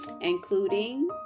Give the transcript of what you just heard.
including